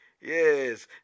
Yes